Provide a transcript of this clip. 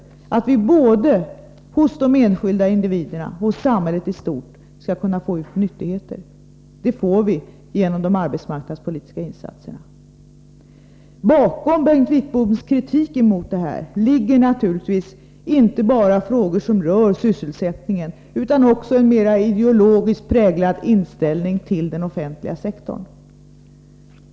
Vi skall både hos de enskilda individerna och hos samhället i stort kunna få ut nyttigheter. Det får vi genom de arbetsmarknadspolitiska insatserna. Bakom Bengt Wittboms kritik ligger naturligtvis inte bara frågor som rör sysselsättningen utan också en mer ideologiskt präglad inställning till den offentliga sektorn.